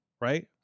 Right